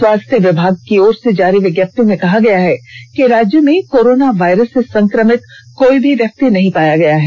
स्वास्थ्य विभाग की ओर से जारी विज्ञप्ति में कहा गया है कि राज्य में कोरोना वायरस से संक्रमित कोई भी व्यक्ति नहीं पाया गया है